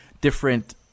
different